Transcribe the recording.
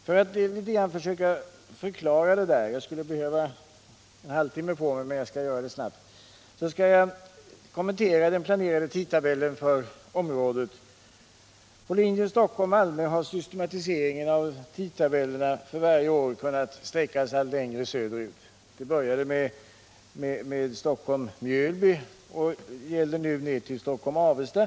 För att förklara detta skulle jag behöva en halvtimme, men jag skall försöka att göra det snabbt. På linjen Stockholm-Malmö har systematiseringen av tidtabellerna för varje år kunnat sträckas allt längre söderut. Vi började med sträckan Stockholm-Mjölby, och den systematiserade tidtabellen omfattar sträckan Stockholm-Alvesta.